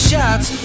Shots